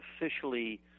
officially